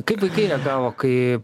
kaip vaikai reagavo kai